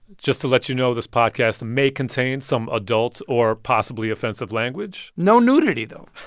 just to let you know, this podcast may contain some adult or possibly offensive language no nudity, though